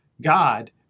god